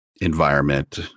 environment